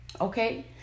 Okay